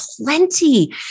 plenty